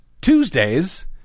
Tuesdays